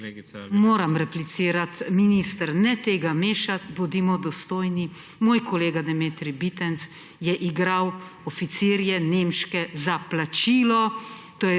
Moram replicirati. Minister, ne tega mešati, bodimo dostojni. Moj kolega Demeter Bitenc je igral nemške oficirje za plačilo.